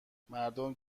مردم